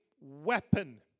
weapon